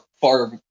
far